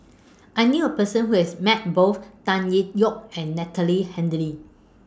I knew A Person Who has Met Both Tan Tee Yoke and Natalie